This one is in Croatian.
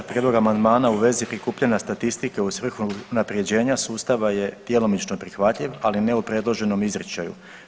Prijedlog amandmana u vezi prikupljanja statistike u svrhu unapređenja sustava je djelomično prihvatljiv, ali ne u predloženom izričaju.